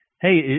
Hey